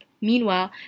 Meanwhile